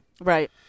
Right